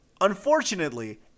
Unfortunately